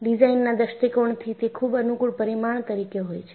ડિઝાઇનના દૃષ્ટિકોણથી તે ખૂબ અનુકૂળ પરિમાણ તરીકે હોય છે